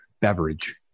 beverage